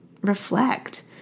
reflect